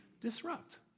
disrupt